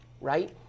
right